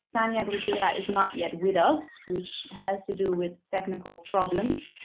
tania bruguera is not yet with us which has to do with technical problems.